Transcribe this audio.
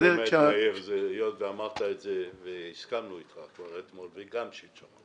היות ואמרת את זה והסכמנו איתך, זה